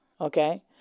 okay